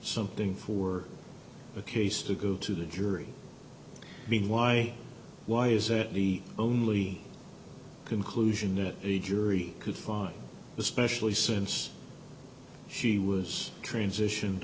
something for a case to go to the jury i mean why why is it the only conclusion that a jury could find especially since she was transition